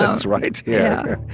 it's right yeah